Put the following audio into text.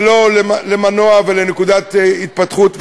ולא למנוע ולנקודת התפתחות וצמיחה.